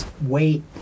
wait